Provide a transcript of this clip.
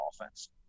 offense